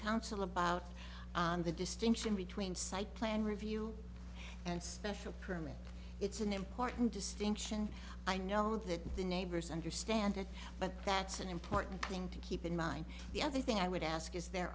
council about the distinction between site plan review and special permit it's an important distinction i know that the neighbors understand it but that's an important thing to keep in mind the other thing i would ask is there